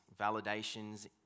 validations